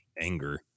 anger